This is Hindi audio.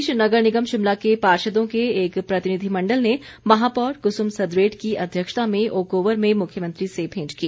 इस बीच नगर निगम शिमला के पार्षदों के एक प्रतिनिधिमण्डल ने महापौर कुसुम सदरेट की अध्यक्षता में ओक ओवर में मुख्यमंत्री से भेंट की